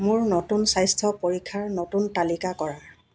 মোৰ নতুন স্বাস্থ্য পৰীক্ষাৰ নতুন তালিকা কৰা